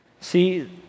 See